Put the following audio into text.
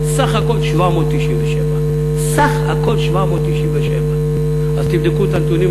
סך הכול 797. סך הכול 797. אז תבדקו את הנתונים.